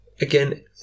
again